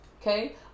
Okay